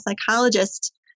psychologist